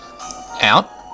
out